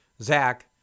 Zach